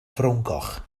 frowngoch